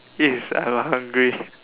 is I'm hungry